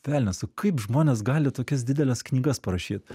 velnias o kaip žmonės gali tokias dideles knygas parašyt